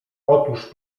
otóż